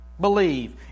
believe